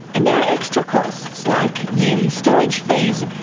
and there are extra costs like yearly storage fees,